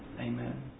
amen